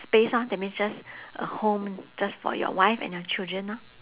space lor that means just a home just for your wife and your children lor